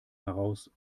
heraus